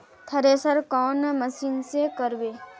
Thresher कौन machine से करबे?